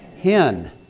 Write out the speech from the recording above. hen